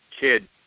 kid